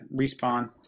Respawn